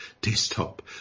desktop